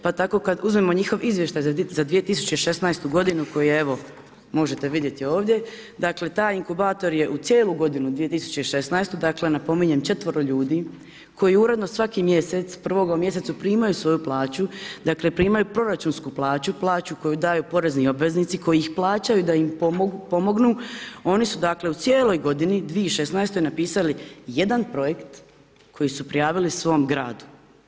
Pa tako, kad uzmemo njihov izvještaj za 2016.g. koji je evo, možete vidjeti ovdje, dakle, taj inkubator je u cijelu godinu 2016. dakle, napominjem 4 ljudi, koji uredno svaki mjesec, prvoga u mjesecu primaju svoju plaću, dakle, primaju proračunsku plaću, plaću koju daju porezni obveznici, koji im plaćaju da im pomognu, oni su dakle, u cijeloj godini 2016. napisali 1 projekt, koji su prijavili svom gradu.